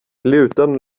gluten